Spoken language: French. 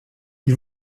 ils